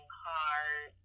hard